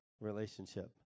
relationship